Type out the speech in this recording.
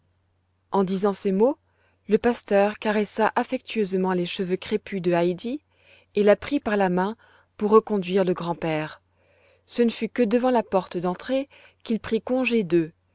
en disant ces mots le pasteur caressa affectueusement les cheveux crêpus de heidi et la prit par la main pour reconduire le grand-père ce ne fut que devant la porte d'entrée qu'il prit congé d'eux